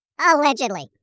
Allegedly